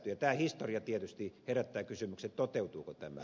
tämä historia tietysti herättää kysymyksen toteutuuko tämä